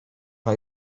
ona